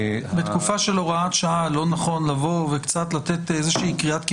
בתקופה של הוראת שעה לא נכון לבוא וקצת לתת איזושהי קריאה?